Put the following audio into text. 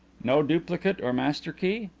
no duplicate or master-key?